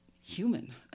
human